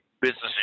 businesses